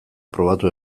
probatu